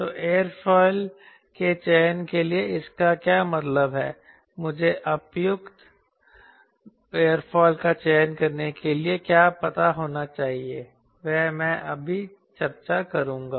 तो एयरोफिल के चयन के लिए इसका क्या मतलब है मुझे उपयुक्त एयरोफिल का चयन करने के लिए क्या पता होना चाहिए वह मैं अभी चर्चा करूंगा